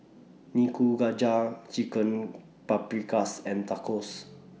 Nikujaga Chicken Paprikas and Tacos